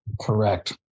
Correct